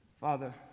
Father